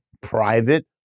private